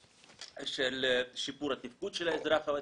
של שיפור התפקוד של האזרח הוותיק.